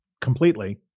completely